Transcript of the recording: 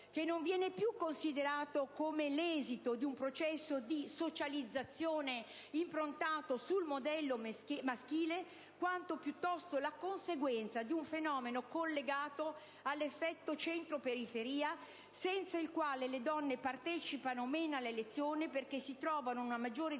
che non viene più considerato come l'esito di un processo di socializzazione improntato sul modello maschile, quanto piuttosto la conseguenza di un fenomeno collegato all'effetto centro-periferia, secondo il quale le donne partecipano meno alle elezioni perché si trovano ad una maggiore distanza